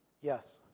yes